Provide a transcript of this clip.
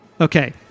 Okay